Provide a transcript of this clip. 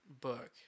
book